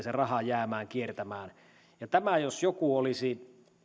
sen rahan jäämään kiertämään tämä jos joku olisi